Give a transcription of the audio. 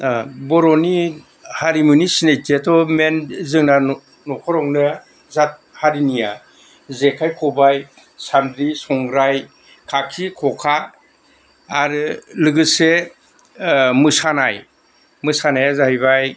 बर'नि हारिमुनि सिनायथियाथ' मेइन जोंना न'खरावनो जा हारिनिया जेखाय खबाय सानद्रि संग्राय खाखि खखा आरो लोगोसे मोसानाय मोसानाया जाहैबाय